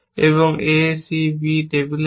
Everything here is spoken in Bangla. এবং a c d টেবিলে আছে